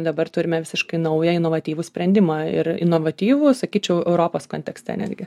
dabar turime visiškai naują inovatyvų sprendimą ir inovatyvų sakyčiau europos kontekste netgi